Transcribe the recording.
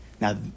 Now